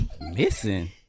Missing